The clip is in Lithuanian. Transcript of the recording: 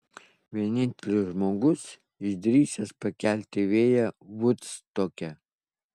vienintelis žmogus išdrįsęs pakelti vėją vudstoke